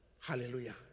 Hallelujah